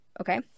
Okay